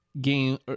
game